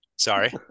Sorry